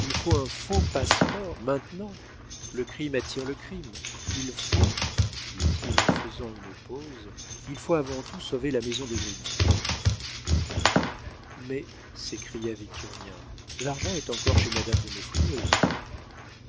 il faut un faux passe-port maintenant le crime attire le crime il faut dit-il en faisant une pause il faut avant tout sauver la maison d'esgrignon mais s'écria victurnien l'argent est encore chez madame de maufrigneuse